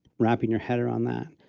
wrapping your head around that,